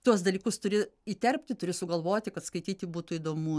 tuos dalykus turi įterpti turi sugalvoti kad skaityti būtų įdomu